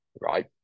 right